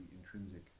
intrinsic